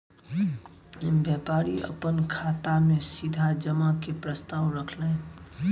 व्यापारी अपन खाता में सीधा जमा के प्रस्ताव रखलैन